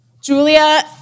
Julia